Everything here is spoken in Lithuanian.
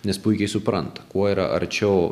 nes puikiai supranta kuo yra arčiau